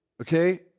Okay